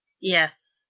Yes